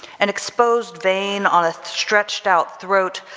an exposed vein on a stretched out throat,